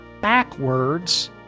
backwards